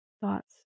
thoughts